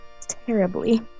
terribly